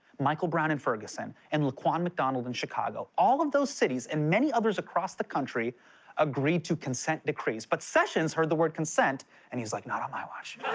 michael brown in ferguson and laquan mcdonald in chicago, all of those cities and many others across the country agreed to consent decrees, but sessions heard the word consent and he's like, not on my watch.